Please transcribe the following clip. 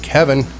Kevin